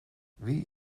wie